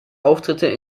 auftritte